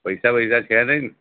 પૈસા બૈસા છે નહીં ન